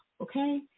okay